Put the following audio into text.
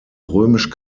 römisch